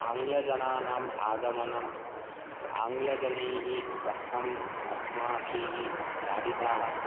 आङ्ग्लजनानाम् आगमनम् आङ्ग्लजनैः कथम् अस्माभिः ताडिताः